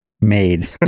made